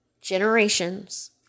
generations